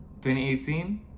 2018